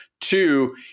Two